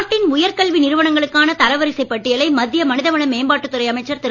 நாட்டின் உயர்கல்வி நிறுவனங்களுக்கான தரவரிசைப் பட்டியலை மத்திய மனிதவள மேம்பாட்டுத் துறை அமைச்சர் திரு